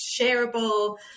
shareable